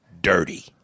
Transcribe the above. Dirty